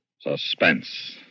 Suspense